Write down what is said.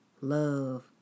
love